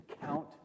count